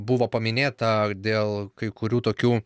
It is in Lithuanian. buvo paminėta dėl kai kurių tokių